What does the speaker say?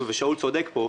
ושאול צודק פה,